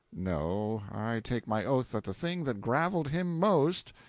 no, i take my oath that the thing that graveled him most,